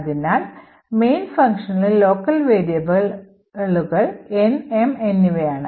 അതിനാൽ main ഫംഗ്ഷനിൽ local വേരിയബിളുകൾ N M എന്നിവയാണ്